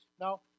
Now